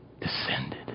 descended